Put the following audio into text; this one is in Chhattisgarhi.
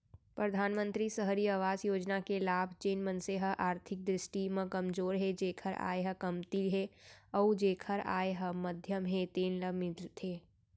परधानमंतरी सहरी अवास योजना के लाभ जेन मनसे ह आरथिक दृस्टि म कमजोर हे जेखर आय ह कमती हे अउ जेखर आय ह मध्यम हे तेन ल मिलथे